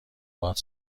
باهات